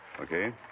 Okay